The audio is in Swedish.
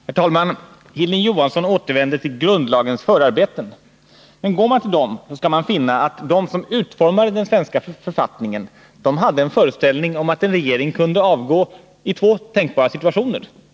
Herr talman! Hilding Johansson återvänder till grundlagens förarbeten. Men går man till dem, skall man finna att de som utformade den svenska författningen hade en föreställning om att en regering kunde avgå i två tänkbara situationer.